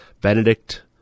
Benedict